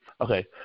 Okay